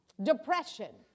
depression